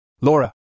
Laura